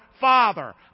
father